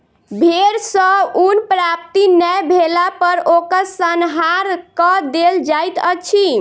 भेड़ सॅ ऊन प्राप्ति नै भेला पर ओकर संहार कअ देल जाइत अछि